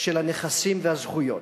של הנכסים והזכויות.